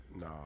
No